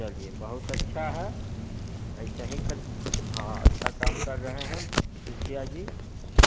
चलिए बहुत अच्छा है ऐसा ही करके हाँ अच्छा काम कर रहे हैं मुखिया जी